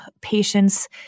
patients